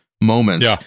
moments